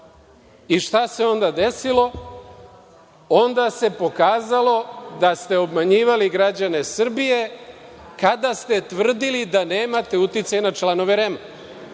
Šta se onda desilo? Onda se pokazalo da ste obmanjivali građane Srbije kada ste tvrdili da nemate uticaj na članove